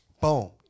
Boom